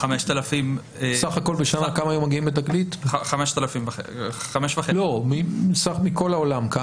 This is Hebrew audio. סך הכול כמה בשנה מגיעים ב'תגלית' מכל העולם?